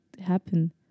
happen